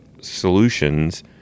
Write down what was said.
solutions